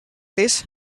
this